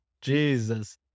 Jesus